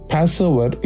Passover